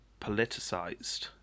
politicized